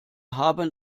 haben